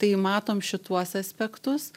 tai matom šituos aspektus